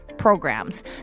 programs